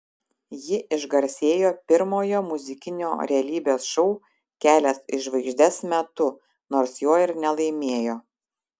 ji išgarsėjo pirmojo muzikinio realybės šou kelias į žvaigždes metu nors jo ir nelaimėjo